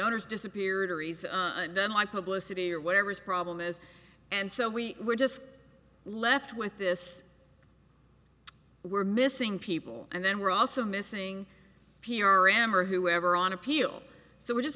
owners disappeared don't want publicity or whatever his problem is and so we were just left with this we're missing people and then we're also missing p r m or whoever on appeal so we're just